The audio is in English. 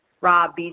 Rob